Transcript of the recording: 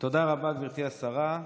תודה רבה, גברתי השרה.